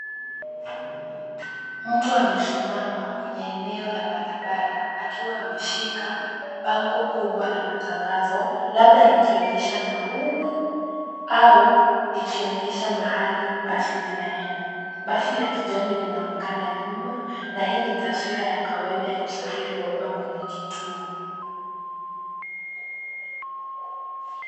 Mtu amesimama kwenye eneo la barabara akiwa ameshika bango kubwa la matangazo labda likionyesha nauli au likionyesha mahali basi zinaenda. Basi la kijani linaonekana nyuma na hii ni taswira ya kawaida ya usafiri wa umma kwenye kituo.